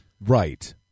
right